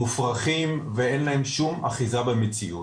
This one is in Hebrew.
מופרכים ואין להם שום אחיזה במציאות.